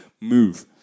Move